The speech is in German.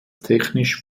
technisch